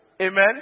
Amen